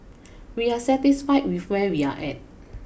we are satisfied with where we are at